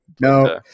no